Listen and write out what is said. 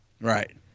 Right